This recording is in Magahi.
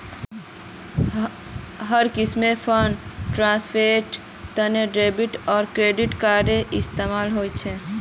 हर किस्मेर फंड ट्रांस्फरेर तने डेबिट आर क्रेडिट कार्डेर इस्तेमाल ह छे